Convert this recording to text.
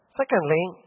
Secondly